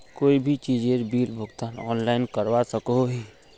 कोई भी चीजेर बिल भुगतान ऑनलाइन करवा सकोहो ही?